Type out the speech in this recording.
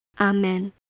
Amen